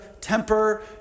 temper